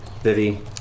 Vivi